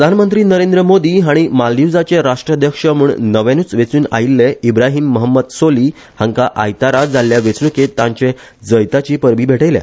प्रधानमंत्री नरेंद्र मोदी हाणी मालदिवाचे राष्ट्राध्यक्ष म्हण नव्यान्रच वेचुन आयिऴ्ले इब्राहिम महम्मद सोली हांका आयतारा जाल्ल्या वेचणुकेंत तांचे जैताची परबी भेटयल्या